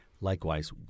Likewise